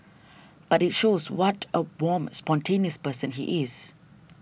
but it shows what a warm spontaneous person he is